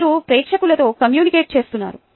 మీరు ప్రేక్షకులతో కమ్యూనికేట్ చేస్తున్నారు